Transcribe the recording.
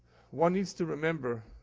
one needs to remember,